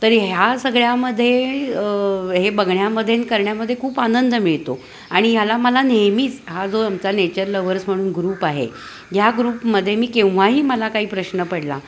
तर ह्या सगळ्यामध्ये हे बघण्यामध्ये करण्यामध्ये खूप आनंद मिळतो आणि ह्याला मला नेहमीच हा जो आमचा नेचर लवर्स म्हणून ग्रुप आहे ह्या ग्रुपमध्ये मी केव्हाही मला काही प्रश्न पडला